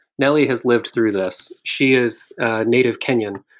nelly has lived through this. she is a native kenyan.